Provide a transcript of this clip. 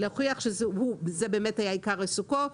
להוכיח שזה באמת היה עיקר עיסוקו,